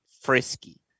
frisky